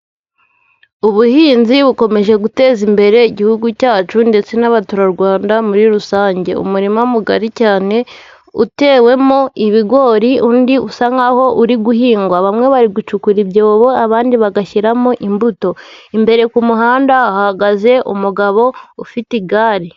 Ubuhinzi bukomeje guteza imbere Igihugu cyacu ndetse n'abaturarwanda muri rusange, umurima mugari cyane utewemo ibigori undi usa nk'aho uri guhingwa, bamwe bari gucukura ibyobo abandi bagashyiramo imbuto, imbere ku muhanda hahagaze umugabo ufite igare.